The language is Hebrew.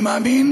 אני מאמין